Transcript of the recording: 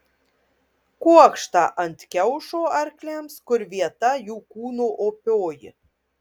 kuokštą ant kiaušo arkliams kur vieta jų kūno opioji